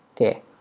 okay